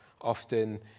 often